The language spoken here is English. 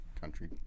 Country